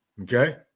okay